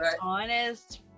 honest